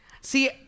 see